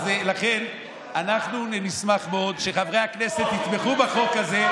אז לכן אנחנו נשמח מאוד שחברי הכנסת יתמכו בחוק הזה,